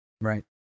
right